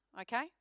okay